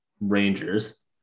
Rangers